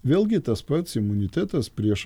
vėlgi tas pats imunitetas prieš